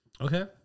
Okay